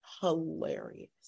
hilarious